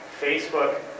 Facebook